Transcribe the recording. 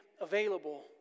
available